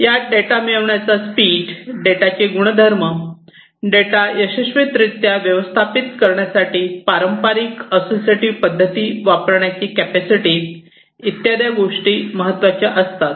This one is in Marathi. यात डेटा मिळवण्याचा स्पीड डेटा चे गुणधर्म डेटा यशस्वीरित्या व्यवस्थापित करण्यासाठी पारंपारिक असोसिएटिव्ह पद्धती वापरण्याची कपॅसिटी इत्यादी गोष्टी महत्त्वाच्या असतात